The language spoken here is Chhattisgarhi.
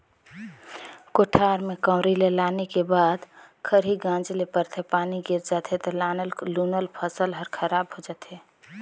कोठार में कंवरी ल लाने के बाद खरही गांजे ले परथे, पानी गिर जाथे त लानल लुनल फसल हर खराब हो जाथे